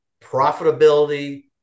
profitability